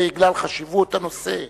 בגלל חשיבות הנושא לציבור,